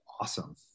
awesome